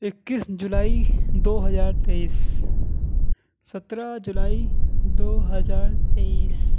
اکیس جولائی دو ہزار تیئیس سترہ جولائی دو ہزار تیئیس